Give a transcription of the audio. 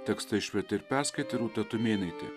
tekstą išvertė ir perskaitė rūta tumėnaitė